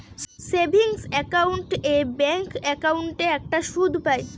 savings account এ bank একাউন্টে একটা সুদ পাই